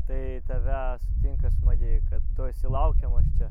tai tave sutinka smagiai kad tu esi laukiamas čia